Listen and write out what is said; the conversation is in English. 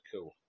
cool